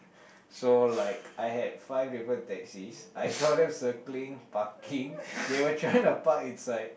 so like I had five different taxis I saw them circling parking they were trying to park inside